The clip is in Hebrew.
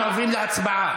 אנחנו עוברים להצבעה.